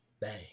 Bang